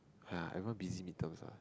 [huh] everyone busy mid terms lah